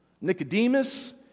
Nicodemus